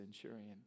centurion